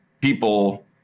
people